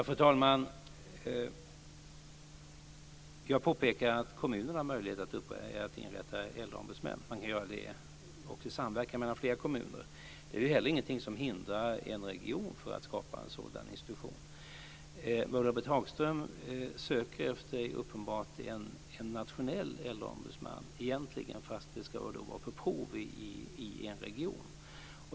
Fru talman! Jag påpekade att kommunerna har möjlighet att inrätta en äldreombudsman. Man kan göra det också i samverkan mellan flera kommuner. Det är heller ingenting som hindrar en region att skapa en sådan institution. Ulla-Britt Hagström söker uppenbart efter en nationell äldreombudsman egentligen, även om det ska vara på prov i en region.